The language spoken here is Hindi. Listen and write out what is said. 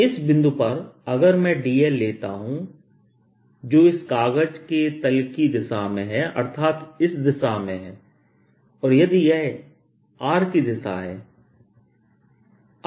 तो इस बिंदु पर अगर मैं dl लेता हूं जो इस कागज के तल की दिशा में है अर्थात इस दिशा में और यदि यह r की दिशा है